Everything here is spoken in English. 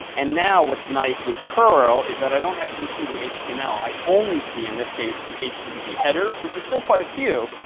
and now what's nice with curl. is that i don't actually see the html. i only see in this case the http headers, which are still quite a few,